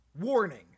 Warning